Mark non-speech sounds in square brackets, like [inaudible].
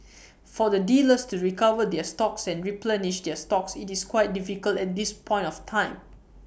[noise] for the dealers to recover their stocks and replenish their stocks IT is quite difficult at this point of time